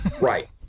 Right